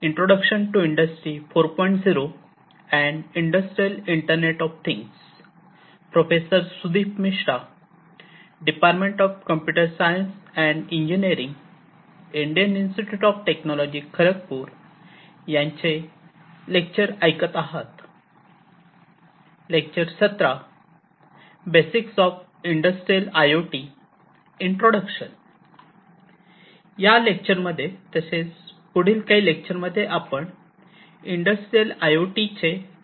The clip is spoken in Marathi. या लेक्चर मध्ये तसेच पुढील काही लेक्चर मध्ये आपण इंडस्ट्रियल आय ओ टी चे काही बेसिक कन्सेप्ट पाहूया